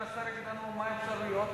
מרכז ההשקעות ופגישה עם שר התמ"ת,